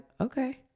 okay